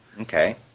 okay